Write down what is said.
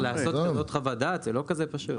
לעשות כזאת חוות דעת זה לא כזה פשוט.